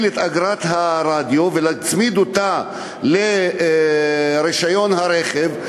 את אגרת הרדיו ולהצמיד אותה לרישיון הרכב.